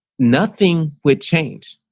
nothing would change.